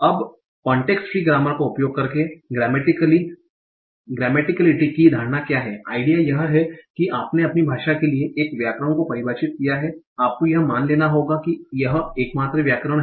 अब context free grammar का उपयोग करके ग्रामेटिकलिटी की धारणा क्या है आइडिया यह है कि आपने अपनी भाषा के लिए एक व्याकरण को परिभाषित किया है आपको यह मान लेना होगा कि यह एकमात्र व्याकरण है